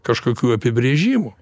kažkokių apibrėžimų